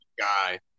Guy